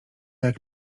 jak